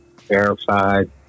verified